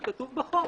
זה כתוב בחוק.